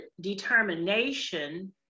determination